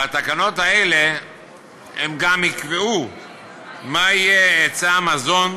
והתקנות האלה יקבעו מה יהיה היצע המזון